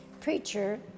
preacher